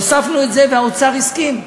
הוספנו את זה, והאוצר הסכים.